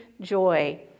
joy